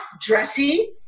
dressy